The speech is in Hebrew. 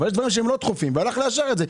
אבל יש דברים שהם לא דחופים, והוא אישר אותם.